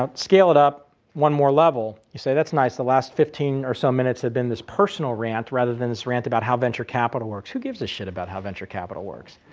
ah scale it up one more level. you say that's nice, the last fifteen or so minutes have been this personal rant rather than this rant about how venture capital works who gives a shit about how venture capital works?